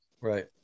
right